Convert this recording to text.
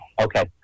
Okay